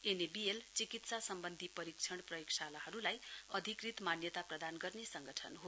NABL चिकित्सा सम्बन्धी परीक्षण प्रयोगशालाहरूलाई अधिकृत मान्यता प्रदान गर्ने संङ्गठन हो